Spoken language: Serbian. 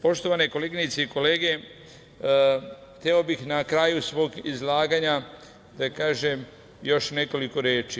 Poštovane koleginice i kolege, hteo bih na kraju svog izlaganja da kažem još nekoliko reči.